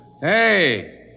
Hey